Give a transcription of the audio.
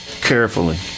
carefully